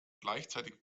gleichzeitig